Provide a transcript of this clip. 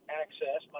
access